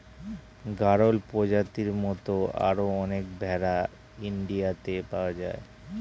গাড়ল প্রজাতির মত আরো অনেক ভেড়া ইন্ডিয়াতে পাওয়া যায়